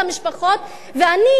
אני הולכת למשפחות,